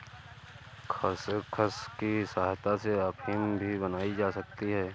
खसखस की सहायता से अफीम भी बनाई जा सकती है